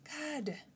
God